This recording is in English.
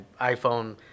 iPhone